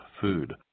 food